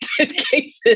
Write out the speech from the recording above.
cases